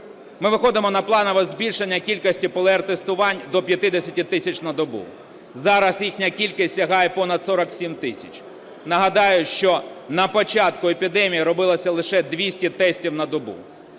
Ми виходимо на планове збільшення кількості ПЛР-тестувань до 50 тисяч на добу. Зараз їхня кількість сягає понад 47 тисяч. Нагадаю, що на початку епідемії робилося лише 200 тестів на добу.